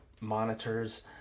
monitors